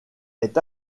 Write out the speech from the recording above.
est